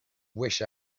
wish